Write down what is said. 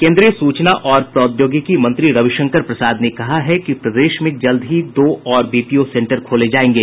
केन्द्रीय सूचना और प्रौद्योगिकी मंत्री रवि शंकर प्रसाद ने कहा है कि प्रदेश में जल्द ही दो और बीपीओ सेन्टर खोले जायेंगे